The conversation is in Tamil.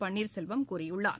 பன்னீா செல்வம் கூறியுள்ளார்